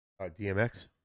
DMX